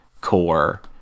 core